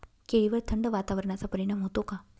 केळीवर थंड वातावरणाचा परिणाम होतो का?